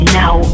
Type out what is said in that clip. now